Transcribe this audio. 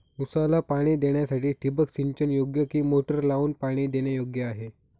ऊसाला पाणी देण्यासाठी ठिबक सिंचन योग्य कि मोटर लावून पाणी देणे योग्य आहे?